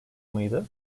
mıydı